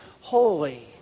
holy